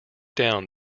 down